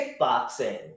kickboxing